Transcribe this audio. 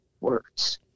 words